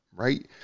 Right